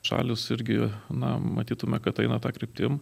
šalys irgi na matytume kad eina ta kryptim